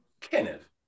Kenneth